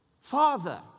Father